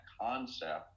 concept